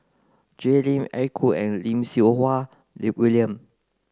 Jay Lim Eric Khoo and Lim Siew Wai William